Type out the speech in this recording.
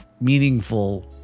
meaningful